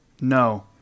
No